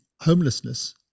homelessness